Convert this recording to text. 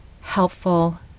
helpful